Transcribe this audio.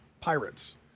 pirates